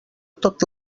tot